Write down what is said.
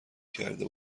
کرده